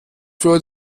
für